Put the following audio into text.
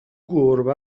گربه